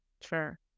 Sure